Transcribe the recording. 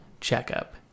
checkup